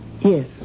Yes